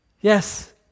Yes